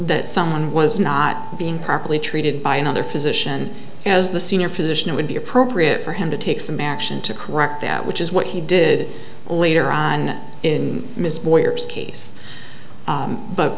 that someone was not being properly treated by another physician as the senior physician it would be appropriate for him to take some action to correct that which is what he did later on in